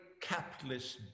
capitalist